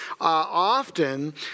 often